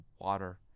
water